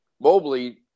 Mobley